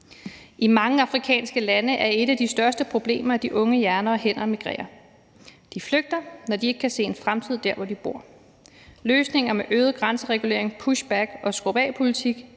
I mange afrikanske lande er et af de største problemer, at de unge hjerner og hænder emigrerer. De flygter, når de ikke kan se en fremtid der, hvor de bor. Løsninger med øget grænseregulering, pushback- og skrub af-politik